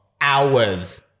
hours